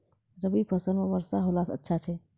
रवी फसल म वर्षा होला से अच्छा छै?